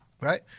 right